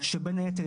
שבין היתר,